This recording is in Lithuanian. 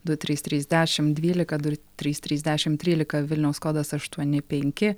du trys trys dešimt dvylika du trys trys dešimt trylika vilniaus kodas aštuoni penki